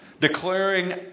Declaring